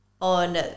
on